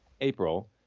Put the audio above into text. April